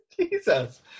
Jesus